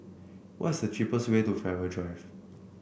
why's the cheapest way to Farrer Drive